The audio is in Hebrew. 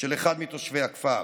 של אחד מתושבי הכפר.